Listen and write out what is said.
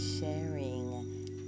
sharing